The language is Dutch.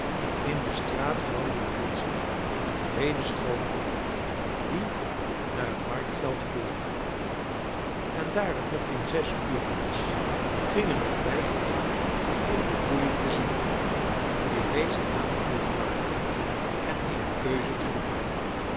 in de straat vormden de menschen een breeden stroom die naar het marktveld vloeide en daar het nog geen zes ure was gingen ook wij er heen om de koeien te zien die reeds aangevoerd waren en eene keuze te doen